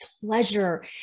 pleasure